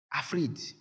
Afraid